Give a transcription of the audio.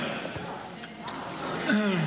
בבקשה.